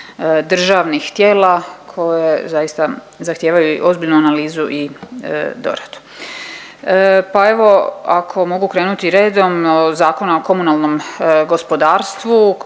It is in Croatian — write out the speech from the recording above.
državnih tijela koje zaista zahtijevaju i ozbiljnu analizu i doradu, pa evo, ako mogu krenuti redom, Zakona o komunalnom gospodarstvu,